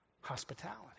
hospitality